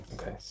Okay